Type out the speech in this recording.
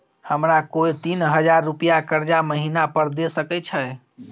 हमरा कोय तीन हजार रुपिया कर्जा महिना पर द सके छै?